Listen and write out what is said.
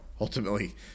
ultimately